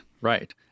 right